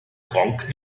gronkh